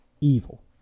evil